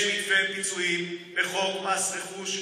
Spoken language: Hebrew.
יש מתווה פיצויים בחוק מס רכוש,